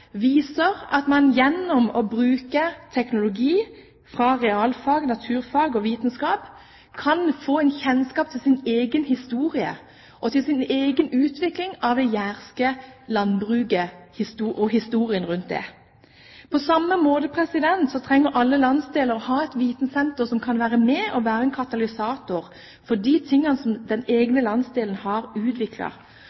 viser at man gjennom å bruke teknologi fra realfag, naturfag og vitenskap kan få en kjennskap til sin egen historie og utvikling av det jærske landbruket og historien rundt det. På samme måte trenger alle landsdeler å ha et vitensenter som kan være med på å være en katalysator for de tingene som den